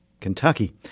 Kentucky